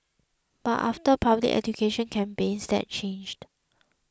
but after public education campaigns that changed